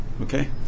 okay